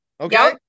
Okay